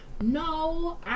No